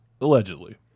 Allegedly